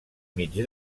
mig